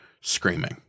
screaming